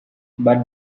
but